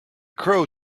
crow